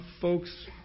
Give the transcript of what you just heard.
folks